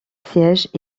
siège